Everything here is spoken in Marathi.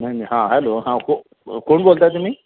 नाही नाही हां हॅलो हां को कोण बोलत आहे तुम्ही